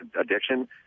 addiction